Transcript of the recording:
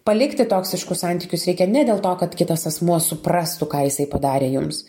palikti toksiškus santykius reikia ne dėl to kad kitas asmuo suprastų ką jisai padarė jums